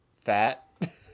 fat